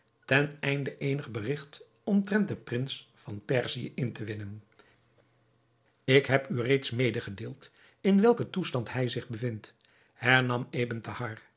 ten einde eenig berigt omtrent den prins van perzië in te winnen ik heb u reeds medegedeeld in welken toestand hij zich bevindt hernam